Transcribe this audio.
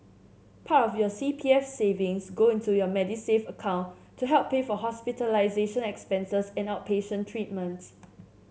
part of your C P F savings go into your Medisave account to help pay for hospitalization expenses and outpatient treatments